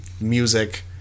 music